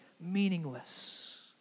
meaningless